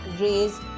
raise